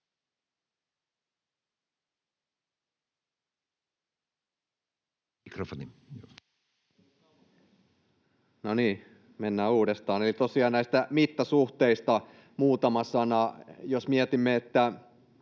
Mikrofoni. Arvoisa puhemies! Tosiaan näistä mittasuhteista muutama sana: Jos mietimme, että